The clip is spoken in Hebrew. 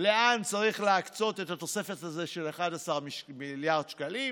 לאן צריך להקצות את התוספת הזו של 11 מיליארד שקלים.